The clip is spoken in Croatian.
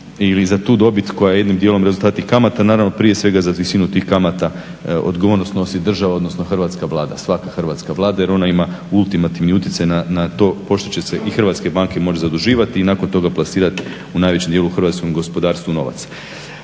ili za tu dobiti koja je jednim dijelom rezultat i kamata naravno. Prije svega za visinu tih kamata odgovornost snosi država, odnosno Hrvatska vlada, svaka Hrvatska vlada jer ona ima ultimativni utjecaj na to pošto će se i hrvatske banke moć zaduživat i nakon toga plasirat u najvećem djelu hrvatskom gospodarstvu novac.